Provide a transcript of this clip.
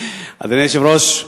אדוני היושב-ראש,